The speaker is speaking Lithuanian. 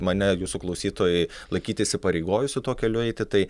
mane jūsų klausytojai laikyt įpareigojusiu tuo keliu eiti tai